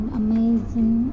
amazing